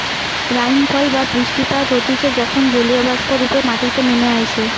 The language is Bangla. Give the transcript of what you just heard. রাইনফল বা বৃষ্টিপাত হতিছে যখন জলীয়বাষ্প রূপে মাটিতে নেমে আইসে